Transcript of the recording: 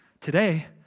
Today